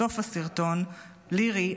בסוף הסרטון לירי,